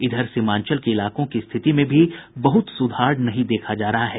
इधर सीमांचल के इलाकों की स्थिति में भी बहुत सुधार नहीं देखा जा रहा है